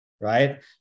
right